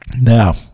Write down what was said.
Now